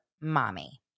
mommy